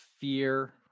fear